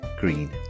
green